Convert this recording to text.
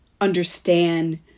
understand